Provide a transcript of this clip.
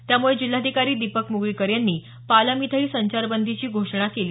त्यामुळे जिल्हाधिकारी दीपक मुगळीकर यांनी पालम इथंही संचारबंदीची घोषणा केली